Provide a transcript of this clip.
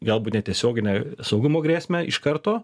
galbūt netiesioginę saugumo grėsmę iš karto